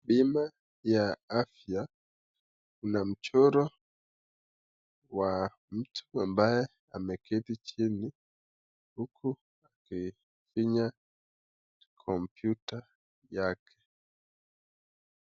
Bima ya afya una mchoro wa mtu ambaye ameketi chini huku akifinya kompyuta yake.